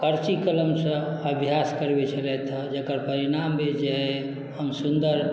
करची कलमसँ अभ्यास करबैत छलथि हे जकर परिणाम भेल जे हम सुन्दर